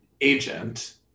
agent